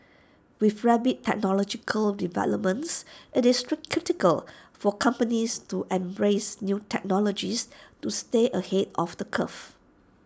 with rapid technological developments IT is critical for companies to embrace new technologies to stay ahead of the curve